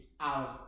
out